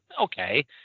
okay